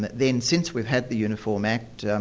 then since we've had the uniform act,